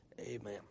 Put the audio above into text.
Amen